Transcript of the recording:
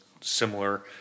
similar